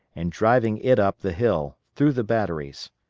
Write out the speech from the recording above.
and driving it up the hill, through the batteries.